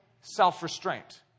self-restraint